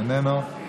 איננו,